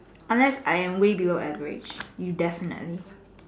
unless I am way below average you definitely